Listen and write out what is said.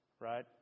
Right